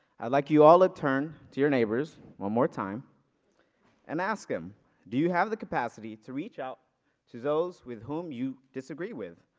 i like you all of turn to your neighbors one more time and ask him do you have the capacity to reach out to those with whom you disagree with.